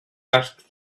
asked